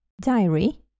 diary